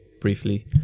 briefly